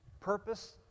purpose